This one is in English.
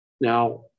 Now